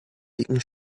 dicken